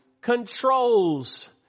controls